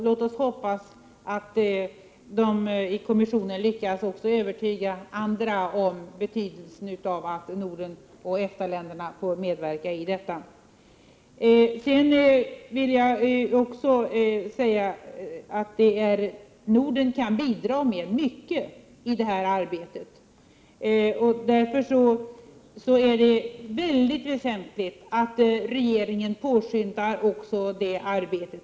Låt oss hoppas att de som sitter i kommissionen lyckas övertyga även andra om betydelsen av att Norden och EFTA-länderna får medverka i detta. Norden kan bidra med mycket i detta arbete. Därför är det mycket väsentligt att regeringen påskyndar detta arbete.